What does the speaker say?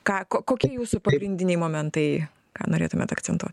ką ko kokie jūsų pagrindiniai momentai ką norėtumėt akcentuot